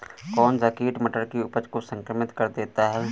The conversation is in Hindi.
कौन सा कीट मटर की उपज को संक्रमित कर देता है?